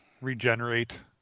regenerate